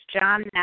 John